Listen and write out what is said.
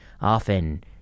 often